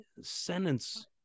sentence